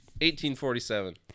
1847